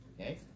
okay